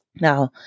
Now